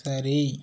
சரி